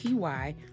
TY